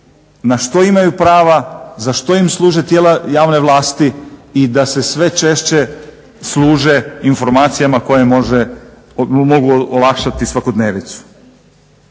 na što imaju prava, za što im služe tijela javne vlasti i da se sve češće služe informacijama koje mogu olakšati svakodnevnicu.